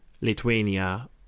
Lithuania